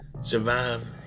survive